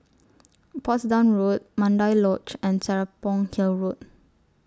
Portsdown Road Mandai Lodge and Serapong Hill Road